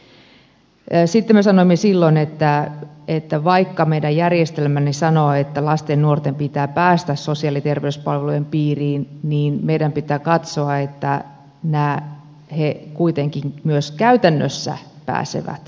sitten me sanoimme silloin että vaikka meidän järjestelmämme sanoo että lasten ja nuorten pitää päästä sosiaali ja terveyspalvelujen piiriin niin meidän pitää katsoa että he kuitenkin myös käytännössä pääsevät välittömästi